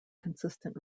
consistent